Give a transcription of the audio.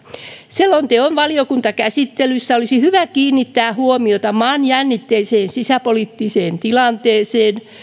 selonteon valiokuntakäsittelyssä olisi hyvä kiinnittää huomiota maan jännitteiseen sisäpoliittiseen tilanteeseen